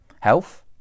health